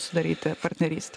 sudaryti partnerystę